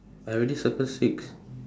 I already circle six